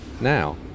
Now